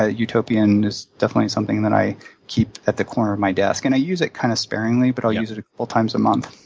ah utopian is definitely something that i keep at the corner of my desk. and i use it kind of sparingly, but i'll use it a couple times a month.